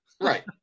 Right